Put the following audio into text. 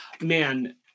man